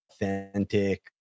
authentic